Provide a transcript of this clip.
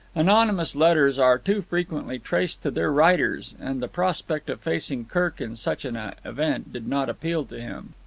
anonymous letters are too frequently traced to their writers, and the prospect of facing kirk in such an event did not appeal to him.